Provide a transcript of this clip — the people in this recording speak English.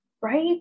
right